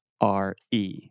R-E